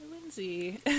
Lindsay